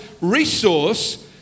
resource